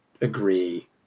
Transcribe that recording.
agree